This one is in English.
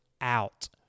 out